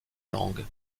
langues